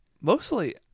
Mostly